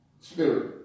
spirit